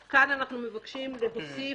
בסדר, אוקיי, אני לא מבין כמוך.